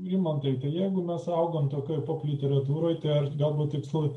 rimantai tai jeigu mes augom tokioj literatūroje tai ar galbūt tikslu